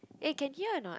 eh can hear or not